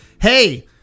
Hey